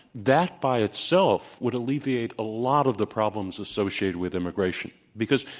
that by itself would alleviate a lot of the problems associated with immigration because,